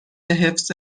حفظ